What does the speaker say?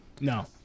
No